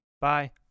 Bye